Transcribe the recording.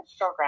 Instagram